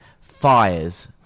Fires